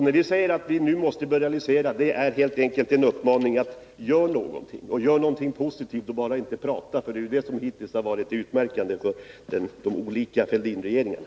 När vi säger det är det en uppmaning till regeringen att göra något positivt i stället för att bara prata. Det senare har ju hitills varit utmärkande för de olika Fälldin-regeringarna.